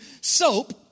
soap